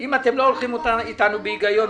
אם אתם לא הולכים אתנו בהיגיון,